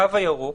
התו הירוק